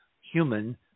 human